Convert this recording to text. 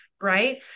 right